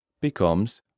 becomes